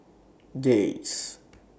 Jays